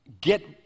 get